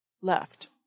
left